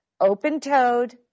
Open-toed